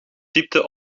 typte